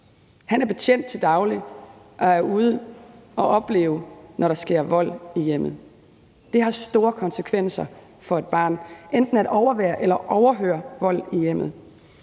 Han er betjent til daglig og er ude at opleve, når der sker vold i hjemmet. Det har store konsekvenser for et barn enten at overvære eller overhøre vold i hjemmet.